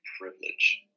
privilege